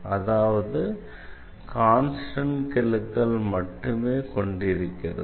அதாவது கான்ஸ்டண்ட் கெழுக்கள் மட்டுமே கொண்டிருக்கிறது